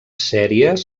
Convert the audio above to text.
sèries